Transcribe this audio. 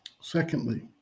Secondly